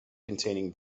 containing